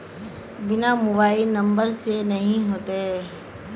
बिना mobile number से नहीं होते?